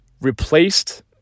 replaced